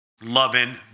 Loving